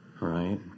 right